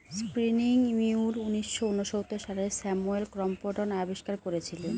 spinning mule উনিশশো ঊনসত্তর সালে স্যামুয়েল ক্রম্পটন আবিষ্কার করেছিলেন